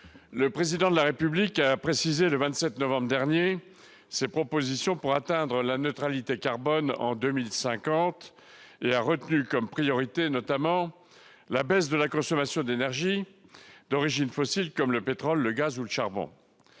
le Président de la République a précisé le 27 novembre dernier ses propositions pour atteindre la neutralité carbone en 2050. Il a notamment retenu comme priorité la baisse de la consommation d'énergie d'origine fossile- le pétrole, le gaz ou le charbon